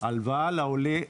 הלוואה לעולה,